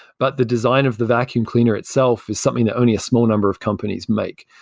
but the design of the vacuum cleaner itself is something that only a small number of companies make.